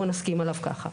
בואו נסכים עליו כך.